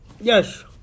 Yes